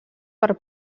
per